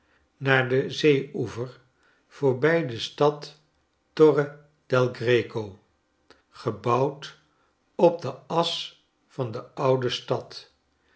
naar den zeeoever voorbij de stad torre del greco gebouwd op de asch van deoude stad